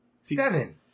Seven